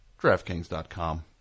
DraftKings.com